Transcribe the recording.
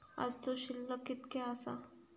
आजचो शिल्लक कीतक्या आसा?